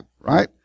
Right